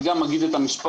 אני גם אגיד את המספר,